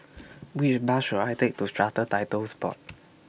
Which Bus should I Take to Strata Titles Board